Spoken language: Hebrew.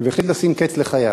והחליט לשים קץ לחייו.